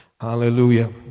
Hallelujah